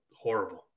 horrible